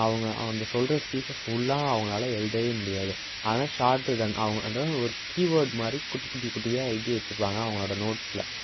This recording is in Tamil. அவங்க அந்த சொல்கிற ஸ்பீச்சை ஃபுல்லாக அவங்களால எழுதவே முடியாது அதான் ஷார்ட் ரிட்டன் அவங்க அதான் ஒரு கிபோர்ட் மாதிரி குட்டி குட்டி குட்டியாக எழுதி வச்சிருப்பாங்க அவங்களோட நோட்ஸில்